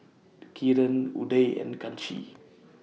Kiran Udai and Kanshi